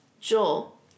Joel